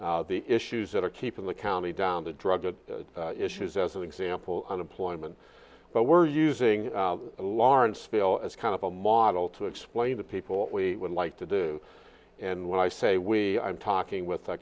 the issues that are keeping the county down the drug issues as an example unemployment but we're using lawrenceville as kind of a model to explain to people we would like to do and when i say we i'm talking with a